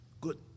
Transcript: Good